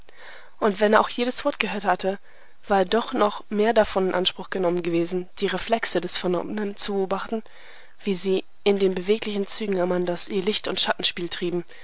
und wenn er auch jedes wort gehört hatte war er doch noch mehr davon in anspruch genommen gewesen die reflexe des vernommenen zu beobachten wie sie in den beweglichen zügen amandas ihr licht und schattenspiel trieben